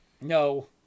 No